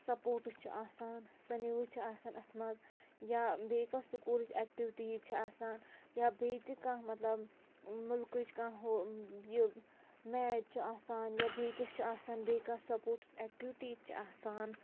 sports چھُ آسان سۄ نِوٕز چھِ آسان اَتھ منٛز یا بیٚیہِ کانٛہہ سکوٗلٕچ ایٚکٹِوِٹیٖز چھِ آسان یا بیٚیہِ تہِ کانٛہہ مطلب مُلکٕچ کانٛہہ ہُہ یہِ میچ چھُ آسان یا بیٚیہِ کینٛہہ چھُ آسان بیٚیہِ کانٛہہ سَپوٹٕس ایٚکٹِوِٹیٖز چھِ آسان